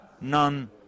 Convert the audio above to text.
none